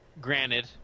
granted